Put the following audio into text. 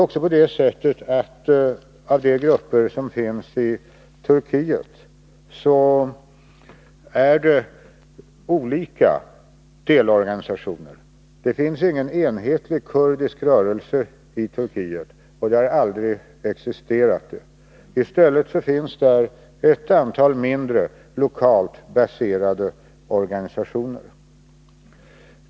I Turkiet finns det olika delorganisationer. Det finns ingen enhetlig kurdisk rörelse i Turkiet — någon sådan har aldrig existerat. I stället finns där ett antal mindre, lokalt baserade organisationer.